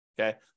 Okay